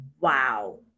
wow